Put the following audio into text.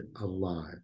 alive